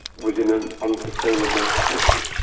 was in an unsustainable position.